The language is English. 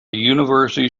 university